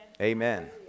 Amen